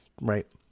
Right